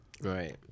Right